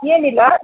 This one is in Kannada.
ಏನಿಲ್ಲ